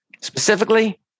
Specifically